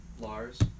Lars